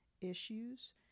issues